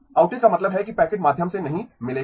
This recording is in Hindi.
आउटेज का मतलब है कि पैकेट माध्यम से नहीं मिलेगा